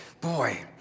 Boy